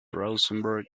rosenberg